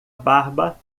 barba